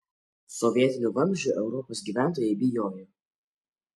sovietinių vamzdžių europos gyventojai bijojo